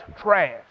trash